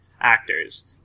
actors